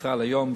"ישראל היום",